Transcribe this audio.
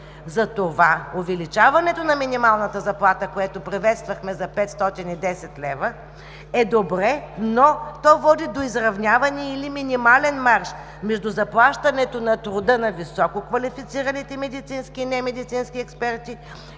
Затова увеличаването на минималната заплата, което приветствахме за 510 лв., е добре, но то води до изравняване или минимален марж между заплащането на труда на високо квалифицираните медицински и немедицински експерти